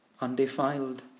undefiled